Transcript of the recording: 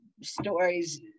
stories